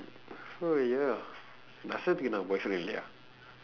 oh ya nasrathukku என்னா:ennaa boyfriend இல்லையா:illaiyaa